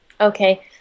Okay